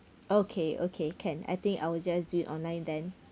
okay okay can I think I will just do it online then